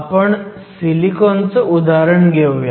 आपण सिलिकॉनचं उदाहरण घेऊयात